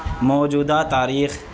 موجودہ تاریخ